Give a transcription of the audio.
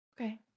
Okay